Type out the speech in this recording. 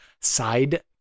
SIDE